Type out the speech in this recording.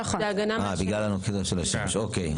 אוקיי.